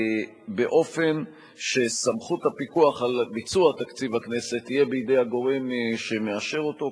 באופן שסמכות הפיקוח על ביצוע תקציב הכנסת תהיה בידי הגורם שמאשר אותו,